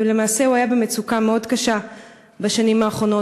ולמעשה הוא היה במצוקה מאוד קשה בשנים האחרונות,